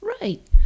Right